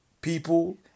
People